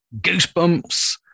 goosebumps